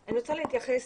אני רוצה להתייחס